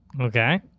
Okay